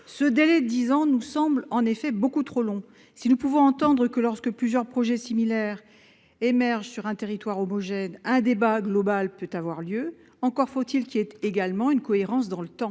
ce délai de dix ans nous semble beaucoup trop long. Nous pouvons entendre que, lorsque plusieurs projets similaires émergent sur un territoire homogène, un débat global puisse avoir lieu, mais encore faut-il qu'il y ait une cohérence dans le temps